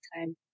time